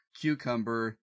Cucumber